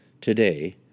Today